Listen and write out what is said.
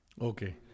Okay